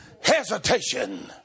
hesitation